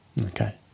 Okay